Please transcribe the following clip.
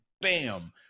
Bam